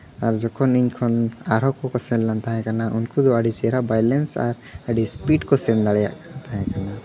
ᱟᱨ ᱡᱚᱠᱷᱚᱱ ᱤᱧ ᱠᱷᱚᱱ ᱟᱨ ᱠᱚᱠᱚ ᱥᱮᱱ ᱞᱮᱱ ᱛᱟᱦᱮᱸ ᱠᱟᱱᱟ ᱩᱱᱠᱩ ᱫᱚ ᱟᱹᱰᱤ ᱪᱮᱦᱨᱟ ᱵᱟᱭᱞᱮᱱᱥ ᱟᱨ ᱟᱹᱰᱤ ᱤᱥᱯᱤᱰ ᱠᱚ ᱥᱮᱱ ᱫᱟᱲᱮᱭᱟᱜ ᱠᱟᱱ ᱛᱟᱦᱮᱸ ᱠᱟᱱᱟ